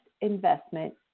investment